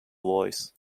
voice